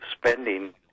spending